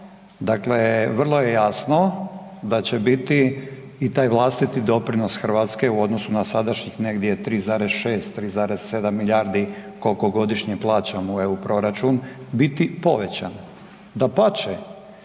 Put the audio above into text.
dakle vrlo je jasno da će biti i taj vlastiti doprinos Hrvatske u odnosu na sadašnjih negdje 3,6, 3,7 milijardi koliko godišnje plaćamo u EU proračun, biti povećan. Dapače,